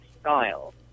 style